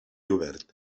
obert